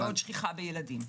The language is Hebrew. מאוד שכיחה בילדים.